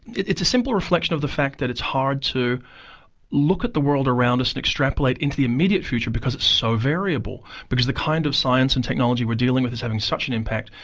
it's a simple reflection of the fact that it's hard to look at the world around us and extrapolate into the immediate future because it's so variable. but the kind of science and technology we're dealing with is having such an impact.